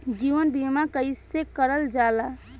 जीवन बीमा कईसे करल जाला?